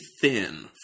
thin